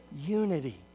unity